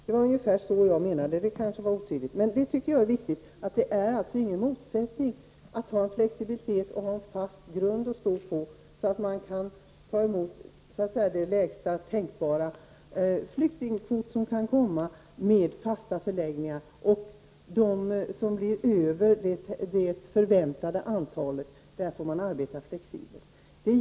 Det var ungefär så jag menade; kanske uttrycktes det otydligt. Det finns alltså ingen motsättning mellan flexibilitet och att ha en fast grund att stå på. Man kan med fasta förläggningar ta emot den lägsta tänkbara flyktingström som kan komma, och när det gäller dem som kommer utöver det förväntade antalet får man arbeta flexibelt.